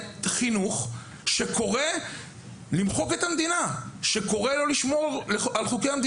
חינוך שקורא למחוק את קיום המדינה וקורא להתנגד לחוקיה.